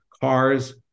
cars